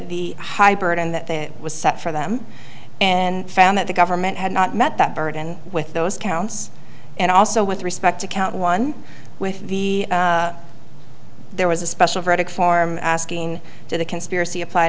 that that was set for them and found that the government had not met that burden with those counts and also with respect to count one with the there was a special verdict form asking to the conspiracy apply